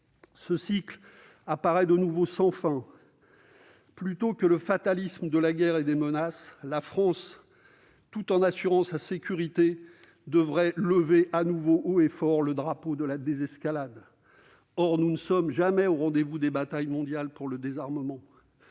Ce cycle apparaît de nouveau sans fin. Loin du fatalisme de la guerre et des menaces, la France, tout en assurant sa sécurité, devrait lever haut et fort le drapeau de la désescalade. Or nous ne sommes jamais au rendez-vous des batailles mondiales pour le désarmement.